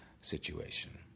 situation